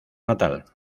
natal